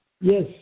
Yes